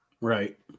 Right